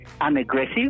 unaggressive